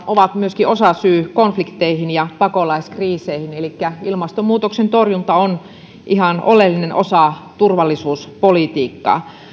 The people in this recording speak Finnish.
ovat myöskin osasyy konflikteihin ja pakolaiskriiseihin elikkä ilmastonmuutoksen torjunta on ihan oleellinen osa turvallisuuspolitiikkaa